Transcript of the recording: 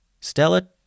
Stella